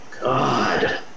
God